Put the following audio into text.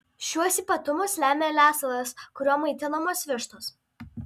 šiuos ypatumus lemia lesalas kuriuo maitinamos vištos